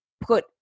put